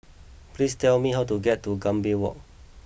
please tell me how to get to Gambir Walk